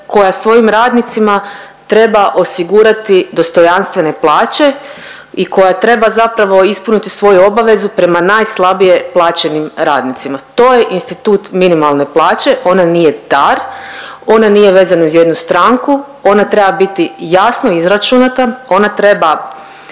koja svojim radnicima treba osigurati dostojanstvene plaće i koja treba zapravo ispuniti svoju obavezu prema najslabije plaćenim radnicima. To je institut minimalne plaće, ona nije dar, ona nije vezana uz jednu stranku, ona treba biti jasno izračunata, ona treba